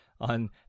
on